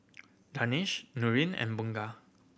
Danish Nurin and Bunga